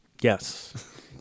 yes